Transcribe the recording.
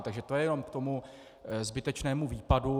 Takže to jenom k tomu zbytečnému výpadu.